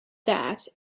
that